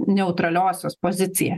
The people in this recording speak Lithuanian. neutraliosios poziciją